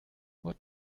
what